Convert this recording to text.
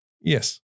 Yes